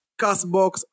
Castbox